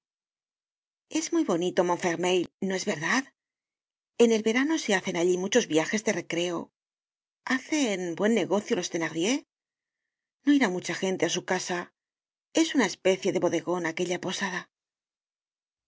es muy bonito montfermeil no es verdad en el verano se hacen allí muchos viajes de recreo hacen buen negocio los thenardier no irá mucha gente á su casa es una especie de bodegon aquella posada